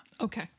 Okay